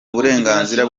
uburenganzira